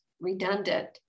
redundant